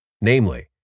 namely